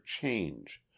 change